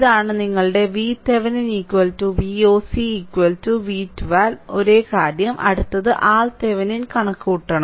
ഇതാണ് നിങ്ങളുടെ VThevenin Voc V 1 2 ഒരേ കാര്യം അടുത്തത് RThevenin കണക്കുകൂട്ടണം